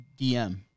DM